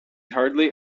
hardly